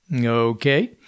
Okay